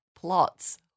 plots